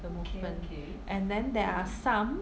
the movement and then there are some